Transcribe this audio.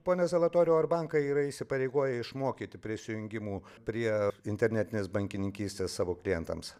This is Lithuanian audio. pone zalatoriau ar bankai yra įsipareigoję išmokyti prisijungimų prie internetinės bankininkystės savo klientams